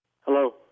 hello